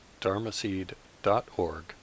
dharmaseed.org